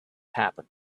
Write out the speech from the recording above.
happen